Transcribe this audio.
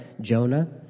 Jonah